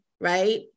right